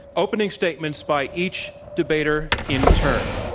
opening statements by each debater in turn.